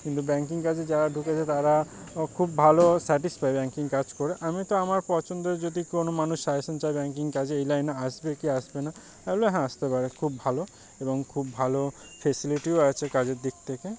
কিন্তু ব্যাঙ্কিং কাজে যারা ঢুকেছে তারা ও খুব ভালো স্যাটিসফাই ব্যাঙ্কিং কাজ করে আমি তো আমার পছন্দ যদি কোনো মানুষ সাজেশান চায় ব্যাঙ্কিং কাজে এই লাইনে আসবে কি আসবে না আমি বলব হ্যাঁ আসতে পারে খুব ভালো এবং খুব ভালো ফেসিলিটিও আছে কাজের দিক থেকে